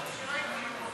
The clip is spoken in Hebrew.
חוק פיקוח על בתי-ספר (תיקון מס' 9),